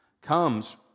comes